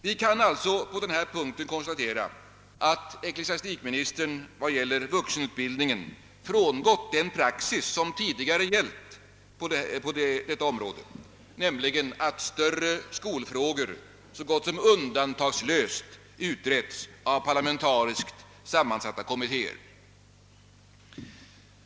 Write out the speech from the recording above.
Vi kan alltså konstatera att ecklesiastikministern vad gäller vuxenutbildningen frångått den praxis som tidigare har gällt på detta område, nämligen att större skolfrågor så gott som undantagslöst har utretts av parlamentariskt sammansatta kommittéer.